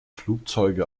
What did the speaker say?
flugzeuge